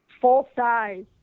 full-size